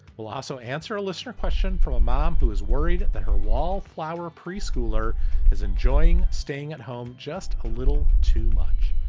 we'll also answer a listener question from a mom who is worried that her wallflower preschooler is enjoying staying at home just a little too much.